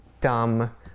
dumb